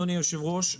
אדוני היושב-ראש,